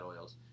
oils